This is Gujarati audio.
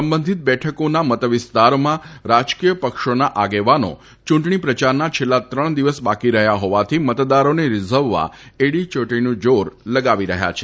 સંબધિત બેઠકોના મત વિસ્તારમાં રાજકીય પક્ષોના આગેવાનો યુંટણી પ્રચારના છેલ્લા ત્રણ દિવસ બાકી રહયાં હોવાથી મતદારોને રીઝવવા એડીયોટીનું જોર લગાવી રહ્યાં છે